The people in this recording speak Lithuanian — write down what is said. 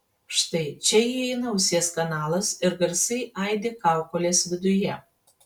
štai čia įeina ausies kanalas ir garsai aidi kaukolės viduje